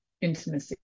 intimacy